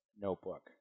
notebook